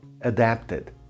adapted